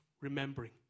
remembering